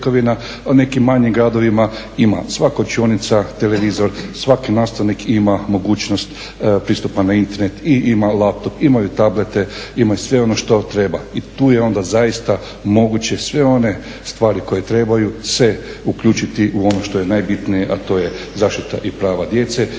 u nekim manjim gradovima ima svaka učionica televizor, svaki nastavnik ima mogućnost pristupa na Internet i ima laptop, imaju tablete, imaju sve ono što treba. I tu je onda zaista moguće sve one stvari koje trebaju se uključiti u ono što je najbitnije a to je zaštita i prava djece